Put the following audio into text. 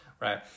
right